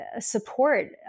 support